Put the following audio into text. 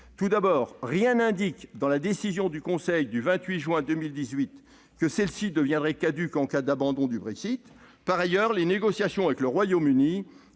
Tout d'abord, rien n'indique dans la décision du Conseil du 28 juin 2018 que celle-ci deviendrait caduque en cas d'abandon du Brexit. Par ailleurs, les négociations avec le Royaume-Uni